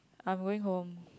I'm going home